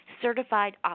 Certified